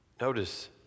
Notice